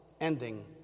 ending